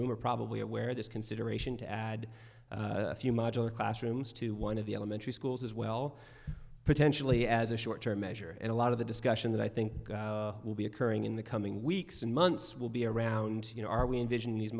room are probably aware of this consideration to add a few modular classrooms to one of the elementary schools as well potentially as a short term measure and a lot of the discussion that i think will be occurring in the coming weeks and months will be around you know are we envision these